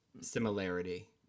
similarity